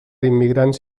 immigrants